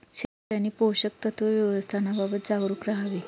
शेतकऱ्यांनी पोषक तत्व व्यवस्थापनाबाबत जागरूक राहावे